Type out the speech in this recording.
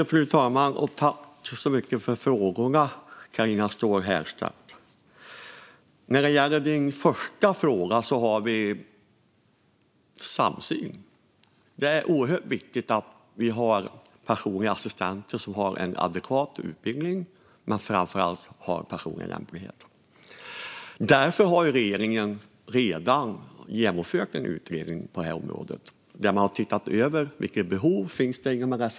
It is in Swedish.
Fru talman! Tack så mycket för frågorna, Carina Ståhl Herrstedt! När det gäller din första fråga har vi samsyn. Det är oerhört viktigt att vi har personliga assistenter som har en adekvat utbildning men framför allt har personlig lämplighet. Därför har regeringen redan genomfört en utredning på området där man har tittat över vilket behov som finns när det gäller LSS.